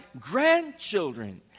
grandchildren